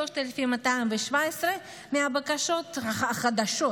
3,217 מהבקשות החדשות,